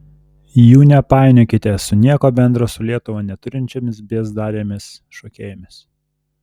jų nepainiokite su nieko bendro su lietuva neturinčiomis biezdarėmis šokėjomis